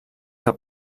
que